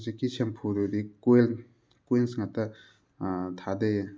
ꯍꯧꯖꯤꯛꯀꯤ ꯁꯦꯝꯐꯨꯗꯨꯗꯤ ꯀꯣꯏꯜ ꯀꯣꯏꯜꯁ ꯉꯥꯛꯇ ꯊꯥꯗꯩꯌꯦ